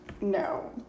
no